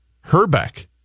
Herbeck